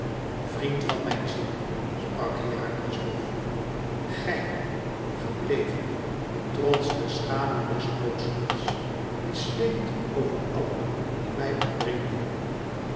vriend van mijn ziel sprak herakles dof gij gebleven trots de schaduw des noodlots die sleept over àllen die mij omringden